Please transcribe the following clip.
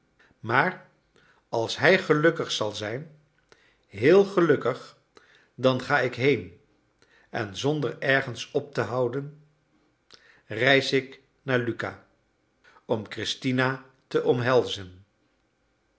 maar als hij gelukkig zal zijn heel gelukkig dan ga ik heen en zonder ergens op te houden reis ik naar lucca om christina te